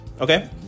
okay